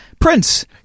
Prince